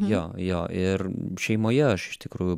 jo jo ir šeimoje aš iš tikrųjų